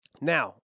Now